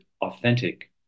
authentic